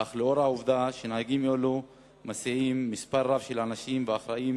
אך נהגים אלו מסיעים מספר רב של אנשים ואחראים